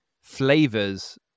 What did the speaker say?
flavors